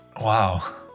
Wow